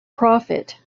profit